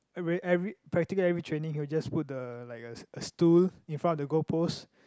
every every practically every training he will just put the like a a stool in front of the goal post